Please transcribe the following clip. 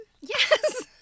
Yes